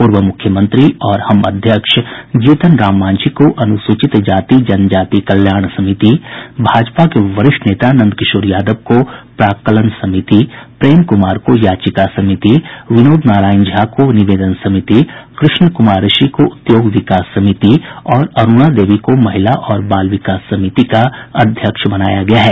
पूर्व मुख्यमंत्री और हम अध्यक्ष जीतन राम मांझी को अनुसूचित जाति जनजाति कल्याण समिति भाजपा के वरिष्ठ नेता नंदकिशोर यादव को प्राक्कलन समिति प्रेम कुमार को याचिका समिति विनोद नारायण झा को निवेदन समिति कृष्ण कूमार ऋषि को उद्योग विकास समिति और अरूणा देवी को महिला और बाल विकास समिति का अध्यक्ष बनाया गया है